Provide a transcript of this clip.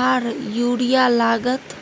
आर urea लागत?